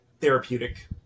therapeutic